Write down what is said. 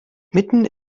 mitten